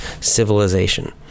civilization